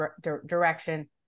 direction